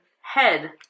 Head